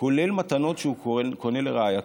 כולל מתנות שהוא קונה לרעייתו,